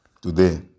today